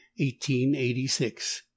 1886